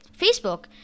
Facebook